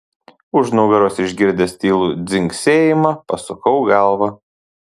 už nugaros išgirdęs tylų dzingsėjimą pasukau galvą